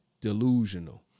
delusional